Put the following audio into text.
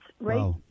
right